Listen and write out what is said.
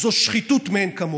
זו שחיתות מאין כמוה.